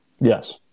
Yes